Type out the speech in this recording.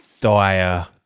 dire